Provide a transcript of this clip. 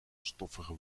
stoffige